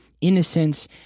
innocence